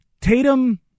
Tatum